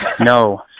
No